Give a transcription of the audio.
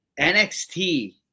NXT